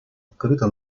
открыто